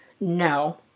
No